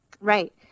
Right